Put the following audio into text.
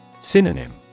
Synonym